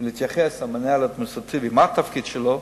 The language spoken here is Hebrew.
ולהתייחס למנהל האדמיניסטרטיבי, מה התפקיד שלו?